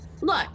Look